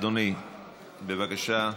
אדוני, בבקשה.